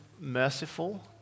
merciful